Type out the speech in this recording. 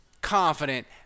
confident